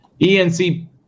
ENC